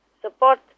support